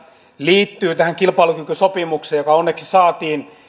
liittyy tähän kilpailukykysopimukseen joka onneksi saatiin